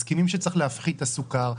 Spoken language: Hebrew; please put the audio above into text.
מסכימים שצריך להפחית את הסוכר.